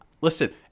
Listen